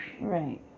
Right